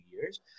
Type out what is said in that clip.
years